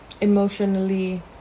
emotionally